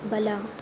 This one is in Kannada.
ಬಲ